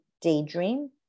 daydream